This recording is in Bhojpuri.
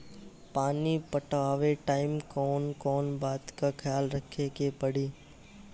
पानी पटावे टाइम कौन कौन बात के ख्याल रखे के पड़ी?